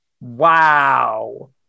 Wow